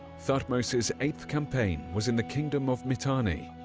thutmose's eighth campaign was in the kingdom of mitanni,